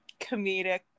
comedic